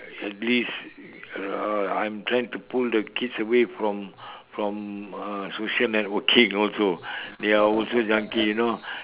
at least uh I'm trying to pull the kids away from from uh social networking also they are also junkie you know